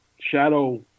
shadow